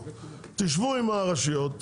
תשבו עם הרשויות,